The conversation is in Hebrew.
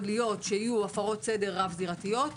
להיות שיהיו הפרות סדר רב-מערכתיות.